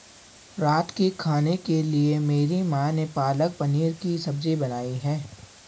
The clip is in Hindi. रात के खाने के लिए मेरी मां ने पालक पनीर की सब्जी बनाई है